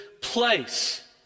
place